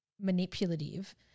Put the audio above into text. manipulative –